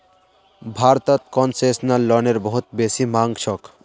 भारतत कोन्सेसनल लोनेर बहुत बेसी मांग छोक